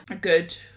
Good